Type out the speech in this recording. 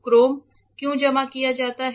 Chrome क्यों जमा किया जाता है